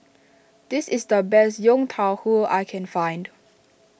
this is the best Yong Tau Foo that I can find